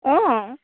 অঁ